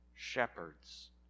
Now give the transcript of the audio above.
shepherds